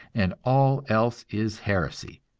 and all else is heresy.